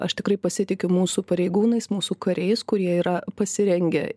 aš tikrai pasitikiu mūsų pareigūnais mūsų kariais kurie yra pasirengę